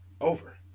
Over